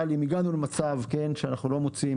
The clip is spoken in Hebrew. אבל אם הגענו למצב שאנחנו לא מוצאים,